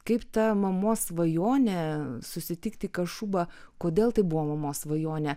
kaip ta mamos svajonė susitikti kašubą kodėl tai buvo mamos svajonė